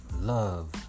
Love